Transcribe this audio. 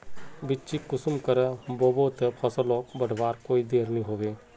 बिच्चिक कुंसम करे बोई बो ते फसल लोक बढ़वार कोई देर नी होबे?